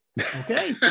Okay